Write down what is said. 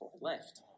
left